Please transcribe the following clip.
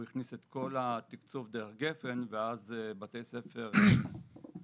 הכניס את כל התקצוב דרך גפ"ן ואז בתי ספר לא